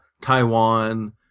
Taiwan